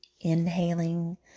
inhaling